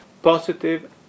Positive